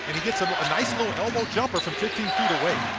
but he gets a nice little elbow jumper from fifteen feet away.